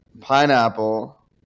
Pineapple